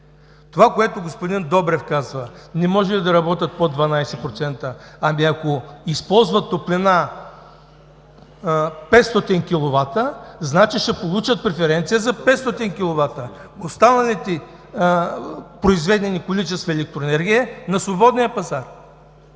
Това, което господин Добрев казва – не можели да работят под 12%. Ами, ако използват топлина 500 киловата, значи ще получат преференция за 500 киловата. Останалите произведени количества електроенергия – на свободния пазар!